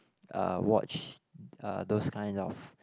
uh watch uh those kind of